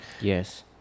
yes